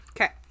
Okay